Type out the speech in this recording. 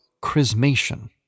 chrismation